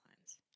lines